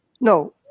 No